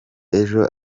ejo